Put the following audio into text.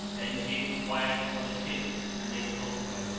then she enquired for the ship and they told her,